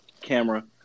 camera